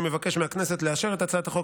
אני מבקש מהכנסת לאשר את הצעת החוק